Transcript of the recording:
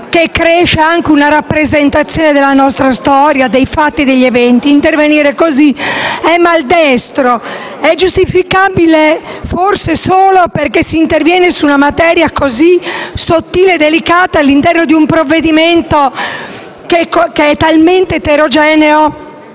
che cresce una rappresentazione della nostra storia, dei fatti e degli eventi. Intervenire così è maldestro; è giustificabile forse solo perché si interviene su una materia così sottile e delicata all'interno di un provvedimento talmente eterogeneo